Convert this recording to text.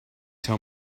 tell